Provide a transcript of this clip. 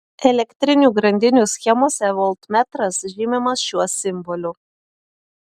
elektrinių grandinių schemose voltmetras žymimas šiuo simboliu